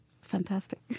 fantastic